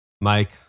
Mike